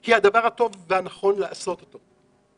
היא הדבר הטוב והנכון לעשות אותו.